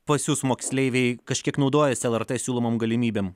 pas jus moksleiviai kažkiek naudojasi lrt siūlomom galimybėm